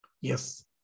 Yes